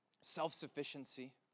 self-sufficiency